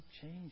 change